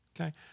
Okay